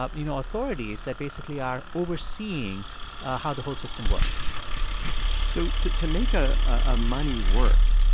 ah and you know, authorities that basically are overseeing how the whole system works so to to make a ah money work,